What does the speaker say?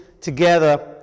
together